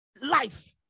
life